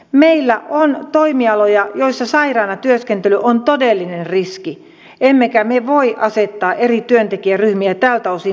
meillä on toimialoja joissa sairaana työskentely on todellinen riski emmekä me voi asettaa eri työntekijäryhmiä tältä osin eriarvoiseen asemaan